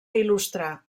il·lustrar